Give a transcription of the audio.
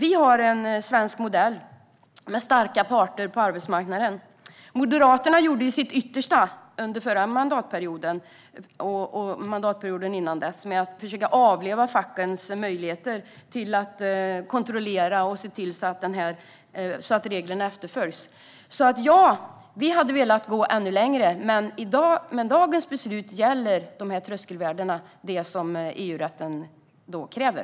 Den svenska modellen innebär starka parter på arbetsmarknaden. Moderaterna gjorde sitt yttersta under förra mandatperioden, och mandatperioden innan, för att avlöva fackens möjligheter till att kontrollera att reglerna efterföljs. Ja, vi hade velat gå ännu längre, men med dagens beslut motsvarar tröskelvärdena det EU-rätten kräver.